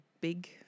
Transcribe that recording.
big